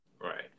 right